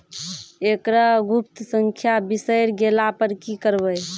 एकरऽ गुप्त संख्या बिसैर गेला पर की करवै?